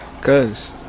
Cause